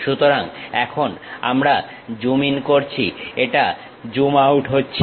সুতরাং এখন আমরা জুম ইন করছি এটা জুম আউট হচ্ছে